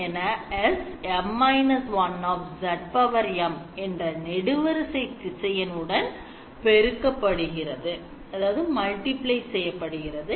SM−1 என்ற நெடுவரிசை திசையன் உடன் பெருக்கப் படுகிறது